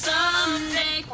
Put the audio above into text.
Someday